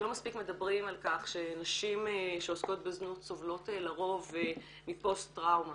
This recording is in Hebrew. לא מספיק מדברים על כך שנשים שעוסקות בזנות סובלות לרוב מפוסט טראומה.